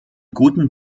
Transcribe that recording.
guten